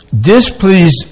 displeased